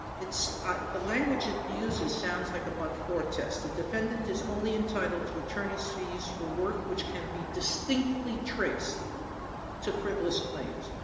it's the language it uses sounds like a but-for test a defendant is only entitled to attorney's fees for work which can be distinctly traced to frivolous claims.